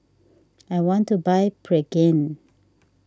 I want to buy Pregain